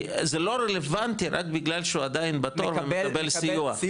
זה לא רלוונטי כי הוא עדיין בתור והוא מקבל סיוע,